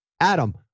Adam